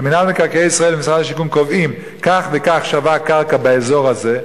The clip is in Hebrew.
שמינהל מקרקעי ישראל ומשרד השיכון קובעים: כך וכך שווה קרקע באזור הזה,